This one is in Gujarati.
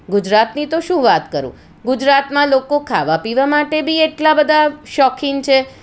ગુજરાતની તો શું વાત કરું ગુજરાતમાં લોકો ખાવા પીવા માટે બી એટલા બધા શોખીન છે